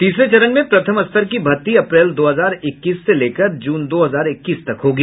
तीसरे चरण में प्रथम स्तर की भर्ती अप्रैल दो हजार इक्कीस से लेकर जून दो हजार इक्कीस तक होगी